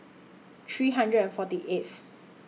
three hundred and forty eighth